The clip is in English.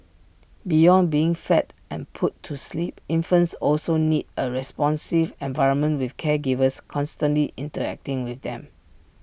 beyond being fed and put to sleep infants also need A responsive environment with caregivers constantly interacting with them